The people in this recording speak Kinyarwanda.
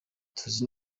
tuzi